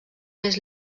més